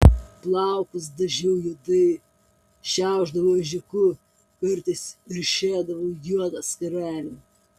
plaukus dažiau juodai šiaušdavau ežiuku kartais ryšėdavau juodą skarelę